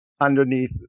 underneath